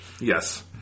Yes